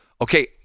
Okay